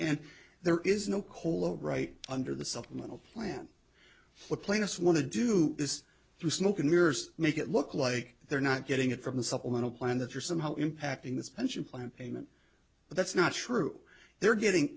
and there is no cola right under the supplemental plan plaintiffs want to do this through smoke and mirrors make it look like they're not getting it from the supplemental plan that you're somehow impacting this pension plan payment but that's not true they're getting